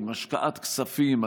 עם השקעת כספים,